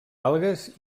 algues